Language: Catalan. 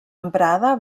emprada